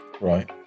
right